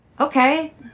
Okay